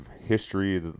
history